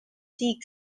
seek